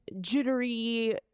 jittery